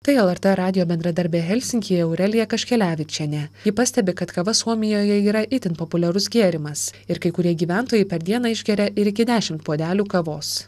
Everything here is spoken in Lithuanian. tai lrt radijo bendradarbė helsinkyje aurelija kaškelevičienė ji pastebi kad kava suomijoje yra itin populiarus gėrimas ir kai kurie gyventojai per dieną išgeria ir iki dešimt puodelių kavos